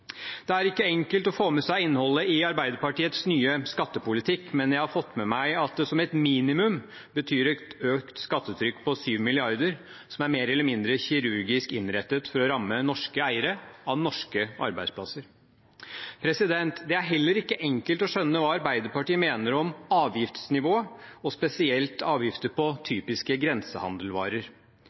Det er ikke enkelt å få med seg innholdet i Arbeiderpartiets nye skattepolitikk, men jeg har fått med meg at det som et minimum betyr et økt skattetrykk på 7 mrd. kr, som er mer eller mindre kirurgisk innrettet for å ramme norske eiere av norske arbeidsplasser. Det er heller ikke enkelt å skjønne hva Arbeiderpartiet mener om avgiftsnivået, og spesielt avgifter på typiske